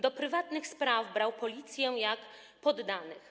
Do prywatnych spraw brał policję jak poddanych.